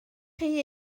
chi